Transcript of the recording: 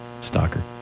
Stalker